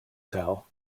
tell